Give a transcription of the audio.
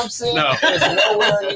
No